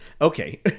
Okay